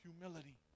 humility